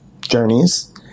journeys